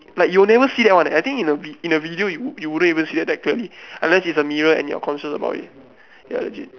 like you'll never see that one I think in a vid~ in a video you would wouldn't see that clearly unless is a mirror and you're conscious about it ya legit